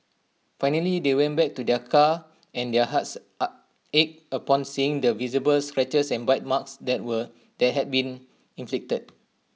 finally they went back to their car and their hearts ached upon seeing the visible scratches and bite marks that were that had been inflicted